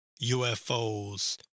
UFOs